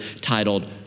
titled